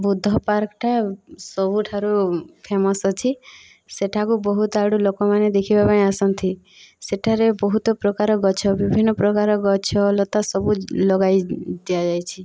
ବୁଦ୍ଧ ପାର୍କଟା ସବୁଠାରୁ ଫେମସ୍ ଅଛି ସେଠାକୁ ବହୁତ ଆଡ଼ୁ ଲୋକମାନେ ଦେଖିବା ପାଇଁ ଆସନ୍ତି ସେଠାରେ ବହୁତ ପ୍ରକାର ଗଛ ବିଭିନ୍ନ ପ୍ରକାର ଗଛଲତା ସବୁ ଲଗାଇ ଦିଆଯାଇଛି